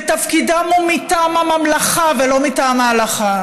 ותפקידם הוא מטעם הממלכה ולא מטעם ההלכה,